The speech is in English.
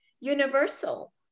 universal